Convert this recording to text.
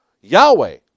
Yahweh